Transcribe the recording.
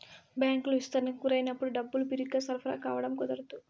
బ్యాంకులు విస్తరణకు గురైనప్పుడు డబ్బులు బిరిగ్గా సరఫరా కావడం కుదరదు